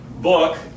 book